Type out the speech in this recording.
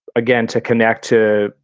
again, to connect to,